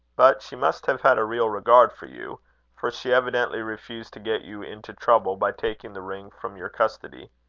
but she must have had a real regard for you for she evidently refused to get you into trouble by taking the ring from your custody.